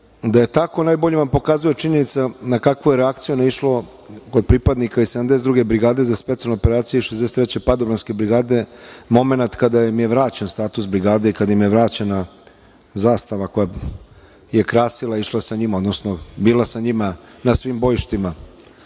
je tako, najbolje vam pokazuje činjenica na kakvu je reakciju naišlo kod pripadnika iz 72. brigade za specijalne operacije i 63. padobranske brigade, momenat kada im je vraćen status brigade i kada im je vraćena zastava koja je krasila, išla sa njima, odnosno bila sa njima na svim bojištima. To